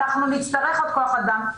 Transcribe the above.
אנחנו נצטרך עוד כוח אדם.